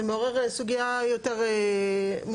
זה מעורר סוגיה יותר מורכבת.